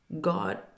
God